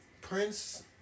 Prince